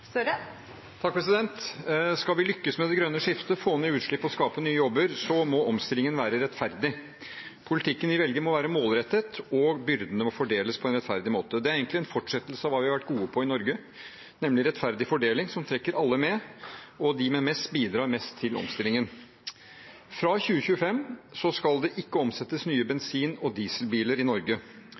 Støre. Skal vi lykkes med det grønne skiftet, få ned utslipp og skape nye jobber, må omstillingen være rettferdig. Politikken vi velger, må være målrettet, og byrdene må fordeles på en rettferdig måte. Det er egentlig en fortsettelse av det vi har vært gode på i Norge, nemlig rettferdig fordeling som trekker alle med, og de med mest bidrar mest til omstillingen. Fra 2025 skal det ikke omsettes nye bensin- og dieselbiler i Norge.